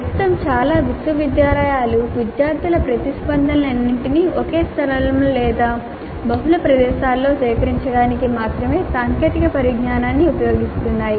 ప్రస్తుతం చాలా విశ్వవిద్యాలయాలు విద్యార్థుల ప్రతిస్పందనలన్నింటినీ ఒకే స్థలంలో లేదా బహుళ ప్రదేశాలలో సేకరించడానికి మాత్రమే సాంకేతిక పరిజ్ఞానాన్ని ఉపయోగిస్తున్నాయి